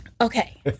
Okay